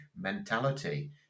mentality